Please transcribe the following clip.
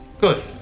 Good